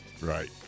Right